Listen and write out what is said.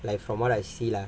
like from what I see lah